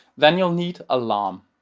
then you'll need a lame, um